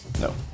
No